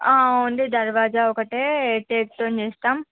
ఉంది దర్వాజా ఒక్కటే టేకుతోని చేస్తాం